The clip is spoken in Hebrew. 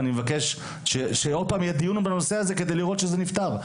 ואני מבקש שעוד פעם יהיה דיון בנושא הזה כדי לראות שזה נפתר.